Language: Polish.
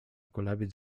kulawiec